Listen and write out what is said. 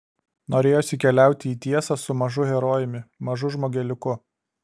norėjosi keliauti į tiesą su mažu herojumi mažu žmogeliuku